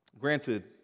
Granted